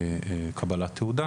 הצלילה,